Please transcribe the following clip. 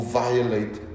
violate